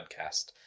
podcast